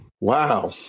Wow